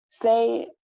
say